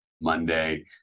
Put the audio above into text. Monday